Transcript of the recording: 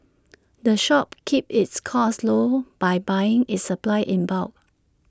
the shop keeps its costs low by buying its supplies in bulk